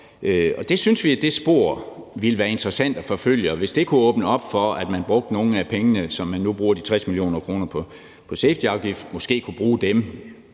Det spor synes vi ville være interessant at forfølge, og hvis det kunne åbne op for, at man brugte nogle af pengene, hvor man nu bruger de 60 mio. kr. på safetyafgiften – det